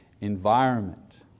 environment